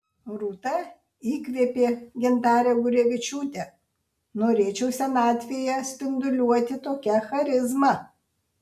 rūta įkvėpė gintarę gurevičiūtę norėčiau senatvėje spinduliuoti tokia charizma